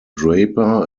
draper